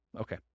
Okay